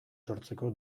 sortzeko